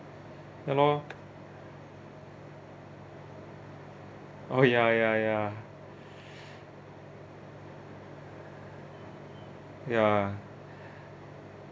ya loh oh ya ya ya ya